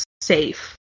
safe